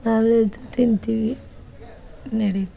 ನಾನ್ veg ತಿಂತೀವಿ ನಡಿತ್